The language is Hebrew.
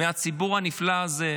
מהציבור הנפלא הזה,